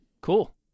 Cool